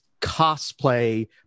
cosplay